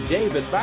David